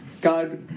God